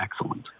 excellent